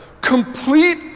Complete